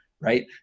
Right